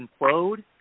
implode